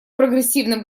прогрессивным